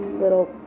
little